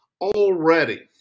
already